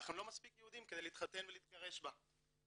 אך הם לא מספיק יהודים כדי להתחתן ולהתגרש בה.